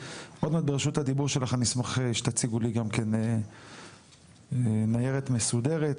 עוד מעט ברשות הדיבור שלך אני אשמח שתציגו לי גם כן ניירת מסודרת.